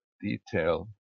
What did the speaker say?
detail